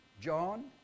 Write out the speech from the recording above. John